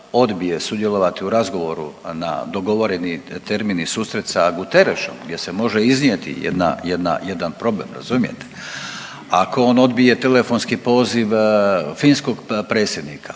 odbije sudjelovati u razgovoru na dogovoreni termin i susret sa …/Govornik se ne razumije./… gdje se može iznijeti jedna, jedna, jedan problem razumijete, ako on odbije telefonski poziv finskog predsjednika,